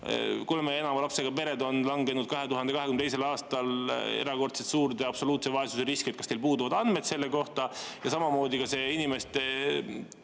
kolme ja enama lapsega pered on langenud 2022. aastal erakordselt suurde absoluutse vaesuse riski? Kas teil puuduvad andmed selle kohta? Ja samamoodi inimeste